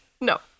No